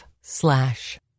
slash